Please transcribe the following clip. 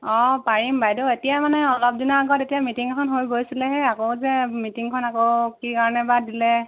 অঁ পাৰিম বাইদেউ এতিয়া মানে অলপ দিনৰ আগত এতিয়া মিটিং এখন হৈ গৈছিলেহে আকৌ যে মিটিংখন আকৌ কি কাৰণে বা দিলে